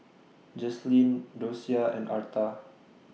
Jaslyn Dosia and Arta